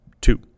Two